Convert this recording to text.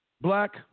Black